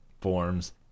forms